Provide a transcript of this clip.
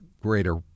greater